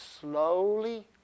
slowly